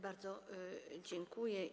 Bardzo dziękuję.